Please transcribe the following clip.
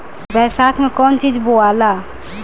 बैसाख मे कौन चीज बोवाला?